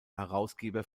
herausgeber